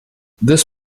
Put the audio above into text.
this